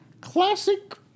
classic